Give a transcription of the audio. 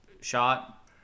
shot